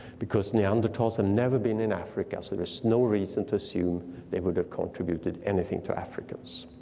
because neanderthals had never been in africa so there's no reason to assume they would have contributed anything to africans.